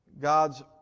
God's